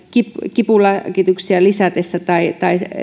kipulääkityksiä lisättäessä tai